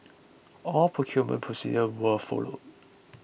all procurement procedures were followed